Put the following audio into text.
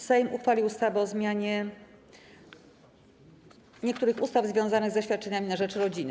Sejm uchwalił ustawę o zmianie niektórych ustaw związanych ze świadczeniami na rzecz rodziny.